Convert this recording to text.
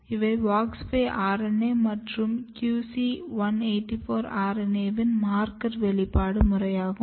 இவை WOX 5 RNA மற்றும் QC 184 RNA வின் மார்க்கர் வெளிப்பாடு முறையாகும்